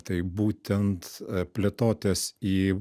tai būtent plėtotės į